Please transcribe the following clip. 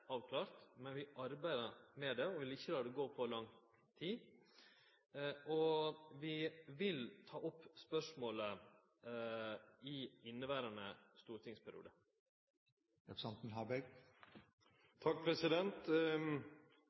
avklart, men vi arbeider med det og vil ikkje la det gå for lang tid, og vi vil ta opp spørsmålet i inneverande